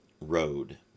road